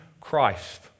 Christ